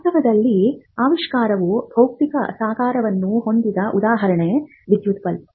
ವಾಸ್ತವದಲ್ಲಿ ಆವಿಷ್ಕಾರವು ಭೌತಿಕ ಸಾಕಾರವನ್ನು ಹೊಂದಿದೆ ಉದಾಹರಣೆಗೆ ವಿದ್ಯುತ್ ಬಲ್ಬ್